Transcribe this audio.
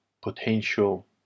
potential